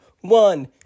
one